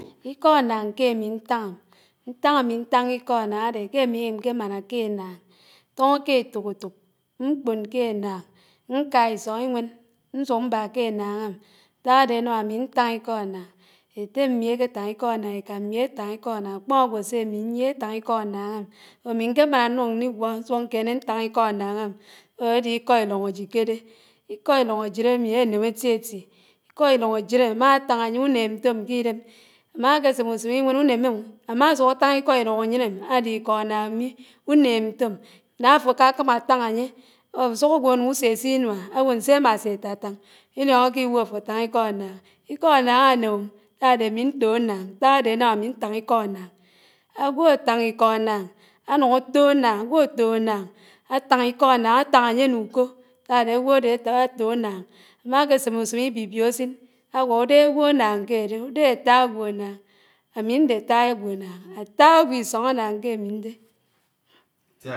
Íkó ánááñ ké ámi ñtáñám, ñták ámi ñtáná ikó ánááñ ádé ké ámiém ñké máná ké ánááñ, túñó ké étókétók mkpóñ ké ánááñ, ñkáá isóñ íwén, ñsúk mbá ké ánááñm n̄ták ádé ánám ámi ñtáñ íkó ánááñ. Étémi áké táñ ikó anáán ékámi átáñ ìkó ánááñ, ákpómó ágwó sé ámi ñyié étáñ ìkó ánááñm. Ámi ñké máná ñnúñ ñnigwó ñsúk ñkéné ñtán̄ ikó ánááñm, ádé ikó ilún̄ ájid kédé táñ ányúném ñtóm k'idém, àmá ké sém úsém íwén únéméiò, ámásúk átáñ ikó irùñ ányiném ódé ikó ánááñ mi, únéém ñtóm, ná afó ákákámá átáñ ányé, ùsúk ágwó énúñ úsésé inúá áwó ñsé másé átátáñ, ilióñóké iwó áfò táñ ikó ánááñ. Ikó ánááñ ánémó, sádé ámi n̄tó ánááñ ñták ádé ánám ámi ñtáñ ikó ánáán. Ágwó átáná ikó ánáán̄. ánúñ átó ánááñ, ágwó átó ánááñ, átáñ ikò ánáán, átán ányé nú úkó, sádé ágwódé àfó ánáàñ. Ámákésém úsém ibibió ásin, ágwó údéhé ágwó ánááñ kéde, údéhé áttá ágwó ánááñ, àmi ñde áttáá ágwó ánááñ, áttáá ágwó isóñ ánááñ ké ami ñdé.